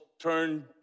turn